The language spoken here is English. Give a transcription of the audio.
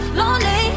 lonely